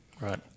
Right